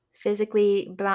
physically